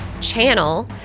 channel